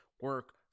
Work